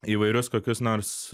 įvairius kokius nors